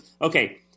okay –